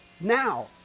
now